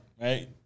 right